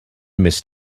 missed